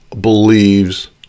believes